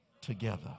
together